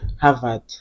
harvard